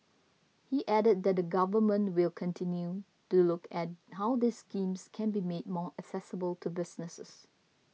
he added that the Government will continue to look at how these schemes can be made more accessible to businesses